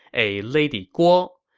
a lady guo.